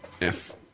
Yes